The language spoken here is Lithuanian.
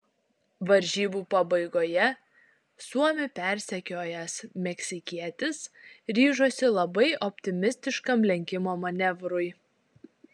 varžybų pabaigoje suomį persekiojęs meksikietis ryžosi labai optimistiškam lenkimo manevrui